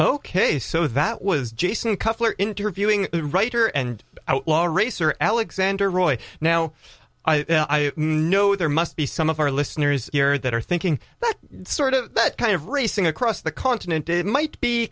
ok so that was jason cutler interviewing writer and outlaw racer alexander roy now i know there must be some of our listeners here that are thinking that sort of that kind of racing across the continent it might be